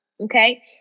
Okay